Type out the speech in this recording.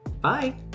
Bye